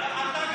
יואב, די.